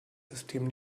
system